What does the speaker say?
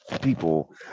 people